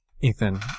Ethan